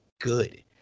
good